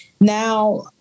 now